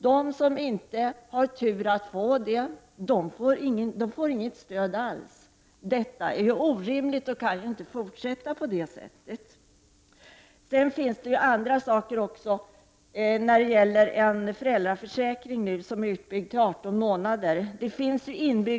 De som inte har turen att få en plats får inget stöd alls. Detta är orimligt och kan inte fortsätta. Det finns också inbyggda orättvisor i en föräldraförsäkring som förlängs till 18 månader.